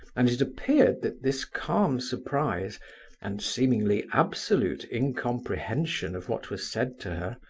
and it appeared that this calm surprise and seemingly absolute incomprehension of what was said to her,